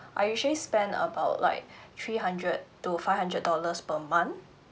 I usually spend about like three hundred to five hundred dollars per month